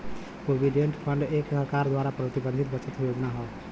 provident fund एक सरकार द्वारा प्रबंधित बचत योजना हौ